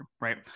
right